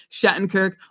Shattenkirk